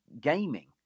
gaming